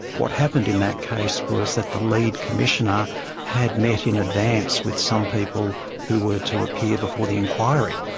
what happened in that case was that the lead commissioner had met in advance with some people who were to appear before the inquiry.